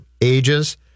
ages